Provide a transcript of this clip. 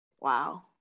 Wow